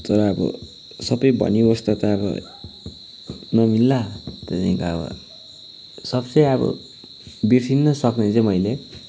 तर अब सब भनी बस्दा त अब नमिल्ला त्यहाँदेखिको अब सब से अब बिर्सिन नसक्ने चाहिँ मैले